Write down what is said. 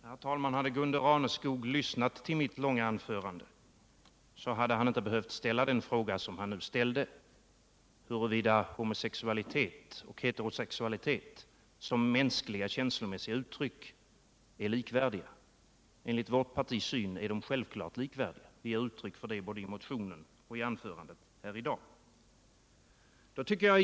Herr talman! Om Gunde Raneskog lyssnat till mitt långa anförande hade han inte behövt ställa den fråga som han nu ställde huruvida homosexualitet och heterosexualitet är likvärdiga som mänskliga känslomässiga uttryck. Enligt vårt partis syn är de självklart likvärdiga — vi ger uttryck för det i vår motion och jag har gjort det i mitt anförande i dag.